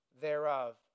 thereof